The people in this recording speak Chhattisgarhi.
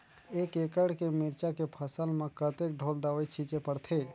एक एकड़ के मिरचा के फसल म कतेक ढोल दवई छीचे पड़थे?